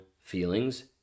feelings